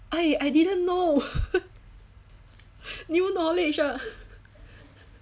I I didn't know new knowledge ah